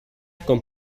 con